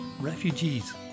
Refugees